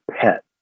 pet